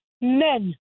men